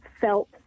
felt